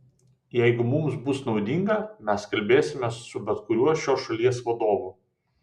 jeigu mums bus naudinga mes kalbėsimės su bet kuriuo šios šalies vadovu